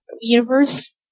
universe